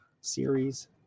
Series